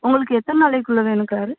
உங்களுக்கு எத்தன நாளைக்குள்ளே வேணும் காரு